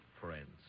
friends